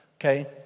Okay